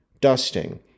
dusting